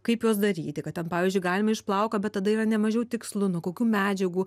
kaip juos daryti kad ten pavyzdžiui galima iš plauko bet tada yra ne mažiau tikslu nu kokių medžiagų